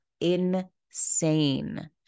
insane